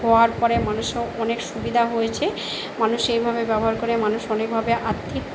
হওয়ার পরে মানুষও অনেক সুবিদা হয়েছে মানুষ সেইভাবে ব্যবহার করে মানুষ অনেকভাবে আর্থিক